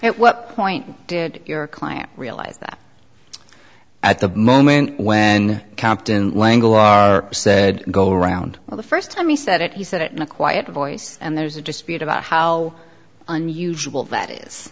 at what point did your client realize that at the moment when compton l'engle said go around for the first time he said it he said it in a quiet voice and there's a dispute about how unusual that is